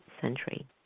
century